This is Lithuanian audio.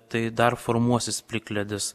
tai dar formuosis plikledis